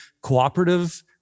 cooperative